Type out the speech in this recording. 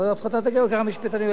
אבל, הפחתת הגירעון, ככה המשפטנים.